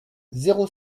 zéro